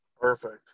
Perfect